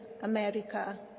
America